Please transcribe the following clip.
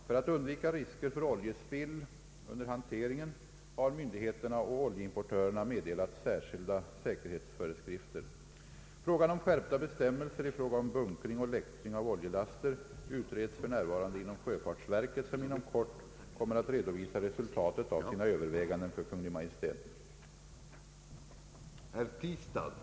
För att undvika risker för oljespill under hanteringen har myndigheterna och oljeimportörerna meddelat särskilda säkerhetsföreskrifter. Frågan om skärpta bestämmelser i fråga om bunkring och läktring av oljelaster utreds för närvarande inom sjöfartsverket, som inom kort kommer att redovisa resultatet av sina överväganden för Kungl. Maj:t.